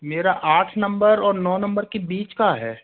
मेरा आठ नंबर और नौ नंबर के बीच का है